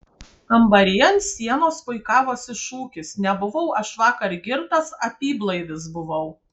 kambary ant sienos puikavosi šūkis nebuvau aš vakar girtas apyblaivis buvau